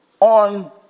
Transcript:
on